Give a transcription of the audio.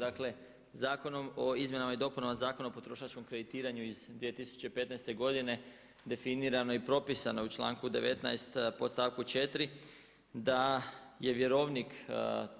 Dakle, Zakonom o izmjenama i dopunama Zakona o potrošačkom kreditiranju iz 2015. godine definirano je i propisano u članku 19. podstavku 4. da je vjerovnik,